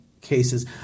cases